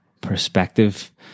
perspective